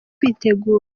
kwitegura